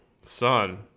son